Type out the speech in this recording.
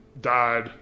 died